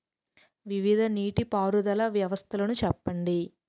వివిధ నీటి పారుదల వ్యవస్థలను చెప్పండి?